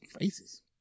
faces